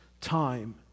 time